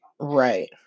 right